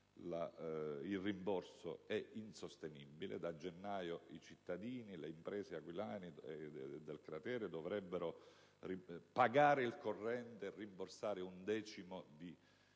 il rimborso è insostenibile: da gennaio i cittadini e le imprese aquilane e del cratere dovrebbero pagare il corrente e rimborsare un decimo di